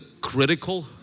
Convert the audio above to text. critical